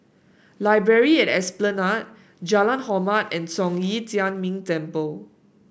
Library at Esplanade Jalan Hormat and Zhong Yi Tian Ming Temple